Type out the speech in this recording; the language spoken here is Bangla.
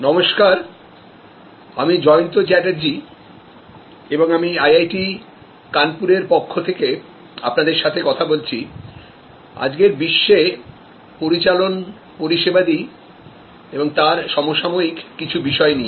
নমস্কার আমি জয়ন্ত চ্যাটার্জী এবং আমি আইআইটি কানপুর এর পক্ষ থেকে আপনাদের সাথে কথা বলছি আজকেরবিশ্বে পরিচালন পরিষেবাদি এবং তার সমসাময়িক কিছু বিষয় নিয়ে